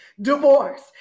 divorce